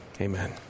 Amen